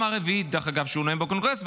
זו הפעם הרביעית שהוא נואם בקונגרס,